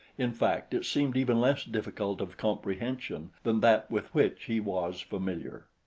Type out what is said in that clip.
in fact, it seemed even less difficult of comprehension than that with which he was familiar.